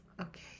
okay